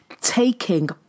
taking